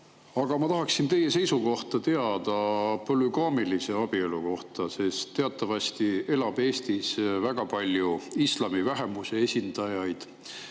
Aga ma tahaksin teada teie seisukohta polügaamilise abielu kohta, sest teatavasti elab Eestis väga palju islami vähemuse esindajaid.